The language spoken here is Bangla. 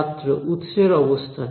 ছাত্র উৎসের অবস্থান